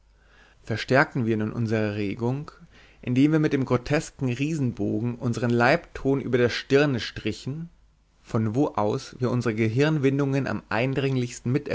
verstärkten wir nun unsere erregung indem wir mit dem grotesken riesenbogen unseren leibton über der stirne strichen von wo aus wir unsere gehirnwindungen am eindringlichsten